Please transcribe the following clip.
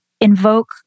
invoke